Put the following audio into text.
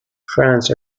france